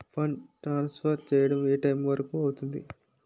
Fund transfer చేయడం ఏ time వరుకు అవుతుంది?